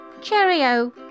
cheerio